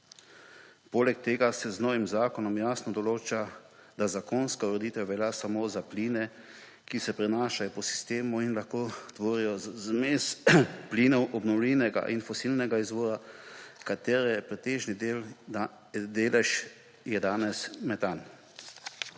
Poleg tega se z novim zakonom jasno določa, da zakonska ureditev velja samo za pline, ki se prenašajo po sistemu in lahko tvorijo zmes plinov obnovljivega in fosilnega izvora, katere pretežni delež je danes metan.